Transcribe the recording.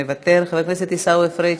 מוותר, חבר הכנסת עיסאווי פריג'